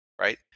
Right